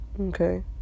Okay